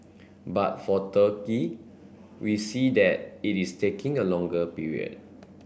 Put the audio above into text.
but for Turkey we see that it is taking a longer period